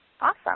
Awesome